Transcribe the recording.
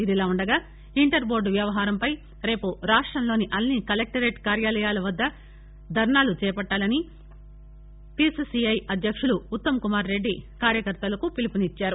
ఇదిలా ఉండగా ఇంటర్బోర్డు వ్యవహారంపై రేపు రాష్టంలోని అన్ని కలెక్లర్ కార్యాలయాల వద్ద ధర్నాలు చేపట్టాలని పిసిసిఐ అధ్యక్షులు ఉత్తమ్కుమార్రెడ్డి కార్యకర్తలకు పిలుపునిచ్ఛారు